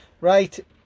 Right